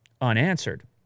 unanswered